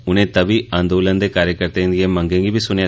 उनें तवी अंदोलन दे कार्जकर्ताएं दिएं मंगें गी बी सुनेआ